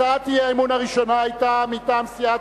הצעת אי-האמון הראשונה היתה מטעם סיעת